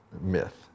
myth